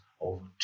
over